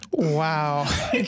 Wow